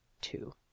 two